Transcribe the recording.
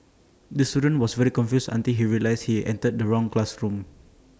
the student was very confused until he realised he entered the wrong classroom